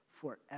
forever